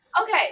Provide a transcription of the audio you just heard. Okay